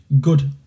good